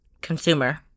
consumer